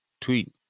tweet